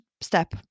step